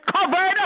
covered